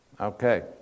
Okay